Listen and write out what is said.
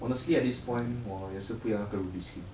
honestly at this point 我也是不要那个 ruby skin